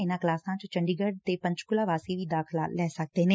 ਇਨਾਂ ਕਲਾਸਾਂ ਚ ਚੰਡੀਗੜ ਤੇ ਪੰਚਕੁਲਾ ਵਾਸੀ ਵੀ ਦਾਖਲਾ ਲੈ ਸਕਦੇ ਨੇ